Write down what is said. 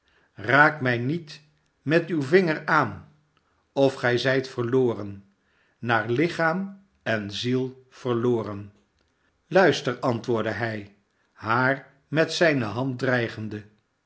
raak mij niet met uw vinger aan of gij zijt verloren naar lichaam en ziel verloren sluister antwoordde hij haar met zijne hand dreigende